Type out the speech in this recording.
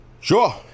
Sure